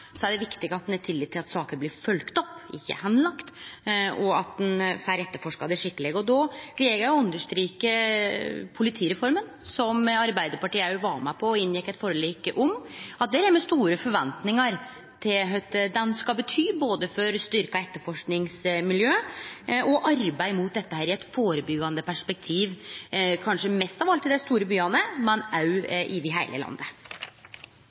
Så vil eg òg støtte det Anders B. Werp seier om avverjingsplikta – det er veldig viktig. Samtidig veit me at for at folk skal melde til politiet, er det viktig at ein har tillit til at saker blir følgde opp og ikkje blir lagde bort, og at ein får etterforska dei skikkeleg. Då vil eg òg nemne politireforma, som Arbeidarpartiet òg var med på og inngjekk eit forlik om. Me har store forventningar til kva ho vil bety både for eit styrkt etterforskingsmiljø og i arbeidet mot dette i eit